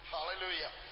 Hallelujah